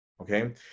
okay